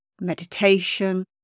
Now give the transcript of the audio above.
meditation